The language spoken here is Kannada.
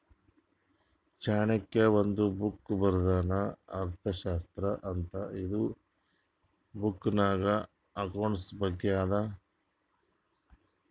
ಚಾಣಕ್ಯ ಒಂದ್ ಬುಕ್ ಬರ್ದಾನ್ ಅರ್ಥಶಾಸ್ತ್ರ ಅಂತ್ ಇದು ಬುಕ್ನಾಗ್ ಅಕೌಂಟ್ಸ್ ಬಗ್ಗೆ ಅದಾ